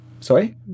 Sorry